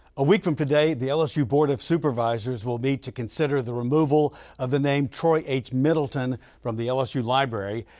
a week from today, the lsu board of supervisors will meet to consider the removal of the name troy h. middleton from the lsu library.